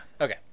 Okay